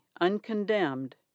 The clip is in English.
uncondemned